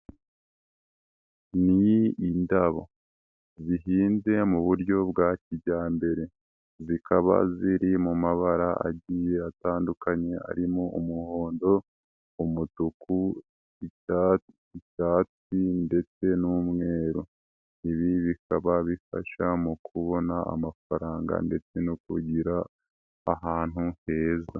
Ni indabo, zihinze muburyo bwa kijyambere, zikaba ziri mu mabara agiye atandukanye, arimo umuhondo, umutuku, icyatsi ndetse n'umweru, ibi bikaba bifasha mu kubona amafaranga ndetse no kugira ahantu heza.